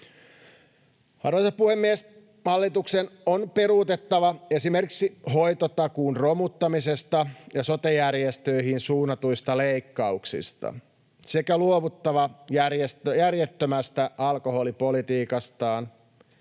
Arvoisa puhemies! Hallituksen on peruutettava esimerkiksi hoitotakuun romuttamisesta ja sote-järjestöihin suunnatuista leikkauksista sekä luovuttava järjettömästä alkoholipolitiikastaan,